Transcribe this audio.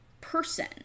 person